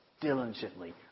diligently